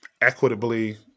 equitably